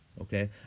Okay